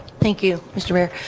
thank you mr. mayor